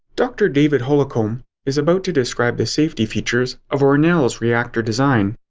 dr. david holcomb is about to describe the safety features of ornl's reactor design.